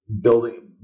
building